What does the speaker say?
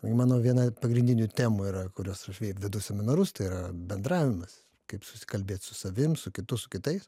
mano viena pagrindinių temų yra kuriuos aš vedu seminarus tai yra bendravimas kaip susikalbėt su savim su kitu su kitais